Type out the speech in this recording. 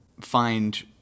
find